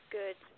good